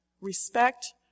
respect